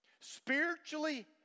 spiritually